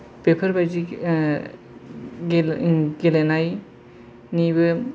बेफोरबायदि ओ गेलेनायनिबो